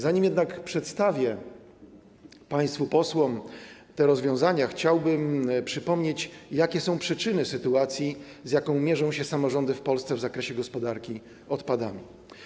Zanim jednak przedstawię państwu posłom te rozwiązania, chciałbym przypomnieć, jakie są przyczyny sytuacji, z jaką mierzą się samorządy w Polsce w zakresie gospodarki odpadami.